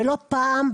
ולא פעם,